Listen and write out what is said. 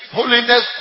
holiness